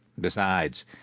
Besides